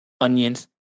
onions